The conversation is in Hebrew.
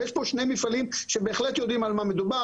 ויש פה שני מפעלים שבהחלט יודעים על מה מדובר,